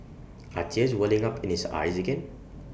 are tears welling up in his eyes again